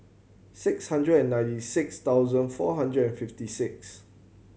six hundred and ninety six thousand four hundred and fifty six